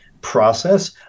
process